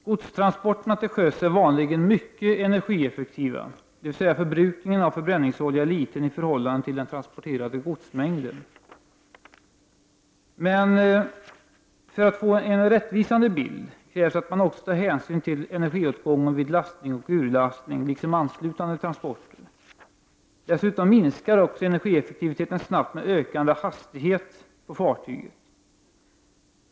Godstransporter till sjöss är vanligen mycket energieffektiva, dvs. förbrukningen av förbränningsolja är liten i förhållande till den transporterade godsmängden. Men för att få en rättvisande bild krävs att man också tar hänsyn till energiåtgången vid lastning och urlastning liksom anslutande transporter. Dessutom minskar energieffektiviteten snabbt med ökande hastighet på fartyget.